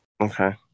Okay